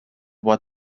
what